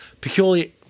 Peculiar –